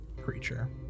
creature